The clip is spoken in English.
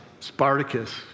Spartacus